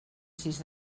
sis